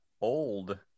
old